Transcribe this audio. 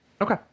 Okay